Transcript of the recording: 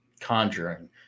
conjuring